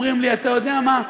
אומרים לי: אתה יודע מה?